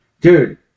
Dude